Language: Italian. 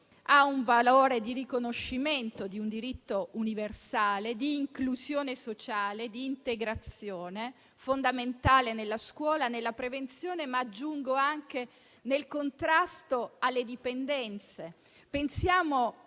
è il riconoscimento di un diritto universale di inclusione sociale e di integrazione, fondamentale nella scuola e nella prevenzione, ma aggiungo anche nel contrasto alle dipendenze.